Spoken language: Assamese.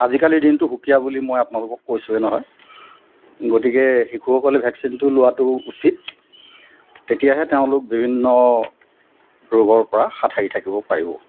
আজিকালিৰ দিনটো সুকীয়া বুলি মই আপোনালোকক কৈছোঁৱেই নহয় গতিকে শিশুসকলে ভেকচিনটো লোৱাটো উচিত তেতিয়াহে তেওঁলোক বিভিন্ন ৰোগৰপৰা হাত সাৰি থাকিব পাৰিব